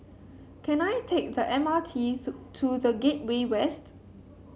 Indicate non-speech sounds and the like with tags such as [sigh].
can I take the M R T [unintelligible] to The Gateway West